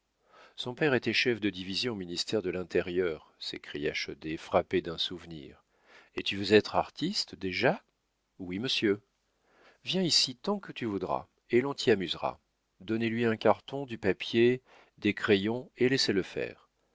son père était chef de division au ministère de l'intérieur s'écria chaudet frappé d'un souvenir et tu veux être artiste déjà oui monsieur viens ici tant que tu voudras et l'on t'y amusera donnez-lui un carton du papier des crayons et laissez-le faire